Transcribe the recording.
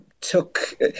took